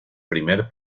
primer